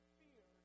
fear